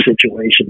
situation